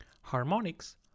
harmonics